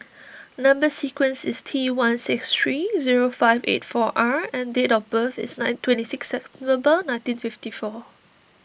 Number Sequence is T one six three zero five eight four R and date of birth is nine twenty six September nineteen fifty four